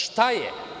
Šta je?